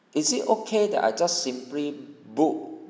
is it okay that I just simply book